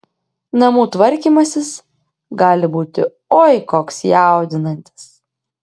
namų tvarkymasis gali būti oi koks jaudinantis